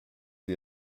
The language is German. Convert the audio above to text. sie